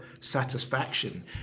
satisfaction